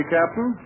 Captain